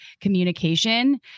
communication